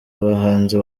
abahanzi